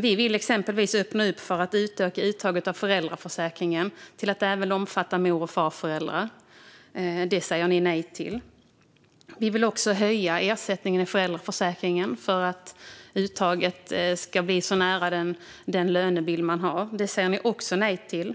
Vi vill exempelvis öppna upp för att uttaget av föräldraförsäkringen ska utökas till att även omfatta mor och farföräldrar. Det säger ni nej till. Vi vill också höja ersättningen i föräldraförsäkringen för att uttaget ska ligga så nära som möjligt den lön som man har. Det säger ni också nej till.